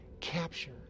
capture